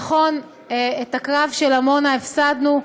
נכון, בקרב של עמונה הפסדנו,